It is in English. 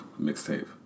mixtape